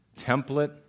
template